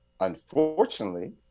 Unfortunately